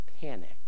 panic